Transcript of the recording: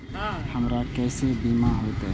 हमरा केसे बीमा होते?